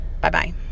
Bye-bye